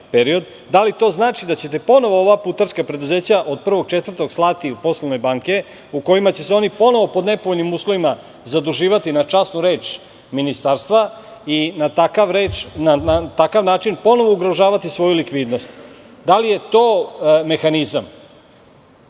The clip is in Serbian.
Da li to znači da ćete ponovo ova putarska preduzeća od 1.04. slati u poslovne banke u kojima će se oni ponovo pod nepovoljnim uslovima zaduživati na časnu reč ministarstva i na takav način ponovo ugrožavati svoju likvidnost. Da li je to mehanizam? Zašto